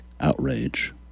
outrage